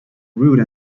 rude